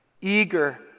eager